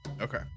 Okay